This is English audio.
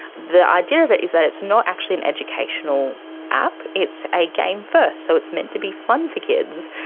the idea of it is that it's not actually an educational app, it's a game first. so it's meant to be fun for kids.